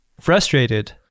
Frustrated